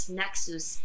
nexus